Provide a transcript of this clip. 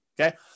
Okay